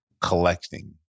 collecting